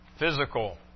Physical